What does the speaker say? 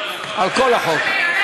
החוק,